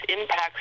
impacts